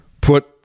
put